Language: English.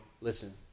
listen